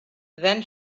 then